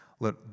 Let